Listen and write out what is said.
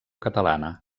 catalana